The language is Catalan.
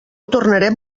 tornarem